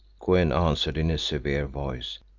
kou-en answered in a severe voice,